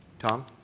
tom.